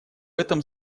этом